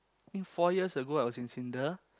I think four years ago I was in Syndra